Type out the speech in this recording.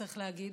צריך להגיד,